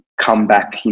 comeback